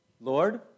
Lord